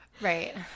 Right